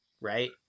right